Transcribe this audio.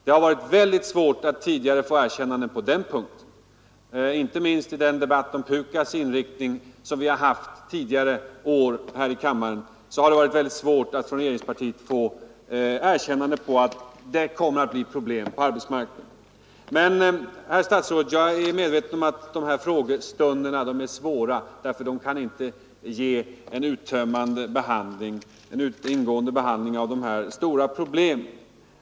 Det har varit synnerligen svårt att tidigare få ett erkännande på den punkten, och inte minst i den debatt om inriktningen av PUKAS som vi har fört tidigare år här i kammaren har det varit omöjligt att få regeringspartiet att erkänna att det kommer att uppstå problem på arbetsmarknaden för de långtidsutbildade. Jag är medveten om att de här frågestunderna är svåra, herr statsråd, därför att vi inte kan få en ingående behandling av stora problem.